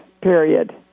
period